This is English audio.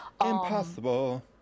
Impossible